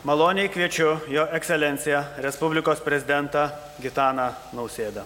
maloniai kviečiu jo ekscelencija respublikos prezidentą gitaną nausėdą